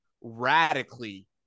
radically